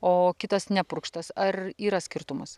o kitas nepurkštas ar yra skirtumas